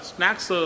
Snacks